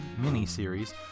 mini-series